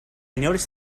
noticed